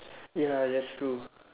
ya that's true